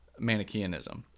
Manichaeanism